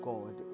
God